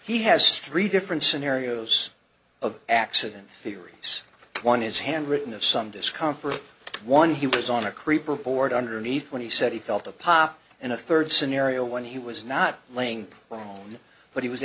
he has street different scenarios of accident theories one is handwritten of some discomfort one he was on a creeper board underneath when he said he felt a pop and a third scenario when he was not laying down but he was